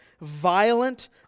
violent